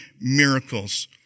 miracles